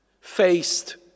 Faced